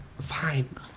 Fine